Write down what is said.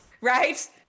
Right